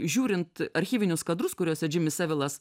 žiūrint archyvinius kadrus kuriuose džimis sevilas